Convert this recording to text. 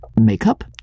makeup